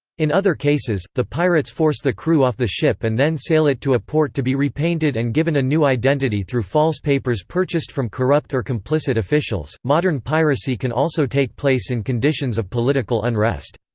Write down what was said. in other cases, the pirates force the crew off the ship and then sail it to a port to be repainted and given a new identity through false papers purchased from corrupt or complicit officials modern piracy can also take place in conditions of political unrest.